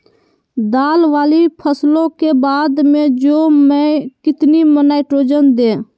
दाल वाली फसलों के बाद में जौ में कितनी नाइट्रोजन दें?